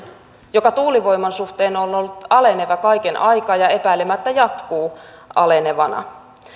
joka tuulivoiman suhteen on ollut aleneva kaiken aikaa ja epäilemättä jatkuu alenevana